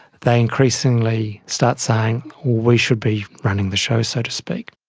they increasingly start saying, we should be running the show, so to speak.